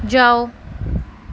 जाओ